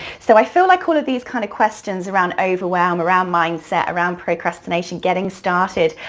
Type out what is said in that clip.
so i feel like all of these kind of questions around overwhelm, around mindset, around procrastination, getting started,